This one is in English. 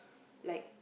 like